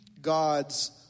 God's